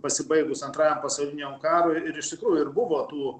pasibaigus antrajam pasauliniam karui ir iš tikrųjų ir buvo tų